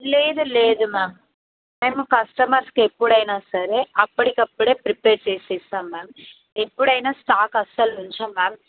లేదు లేదు మ్యామ్ మేము కస్టమర్స్కి ఎప్పుడైనా సరే అప్పటికప్పుడే ప్రిపేర్ చేసి ఇస్తాం మ్యామ్ ఎప్పుడైన స్టాక్ అసలు ఉంచం మ్యామ్